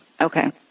Okay